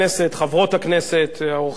העובדים וההנהלה,